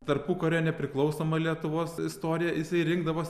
tarpukario nepriklausomą lietuvos istoriją jisai rinkdavos